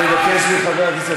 אני מבקש מחבר הכנסת